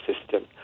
system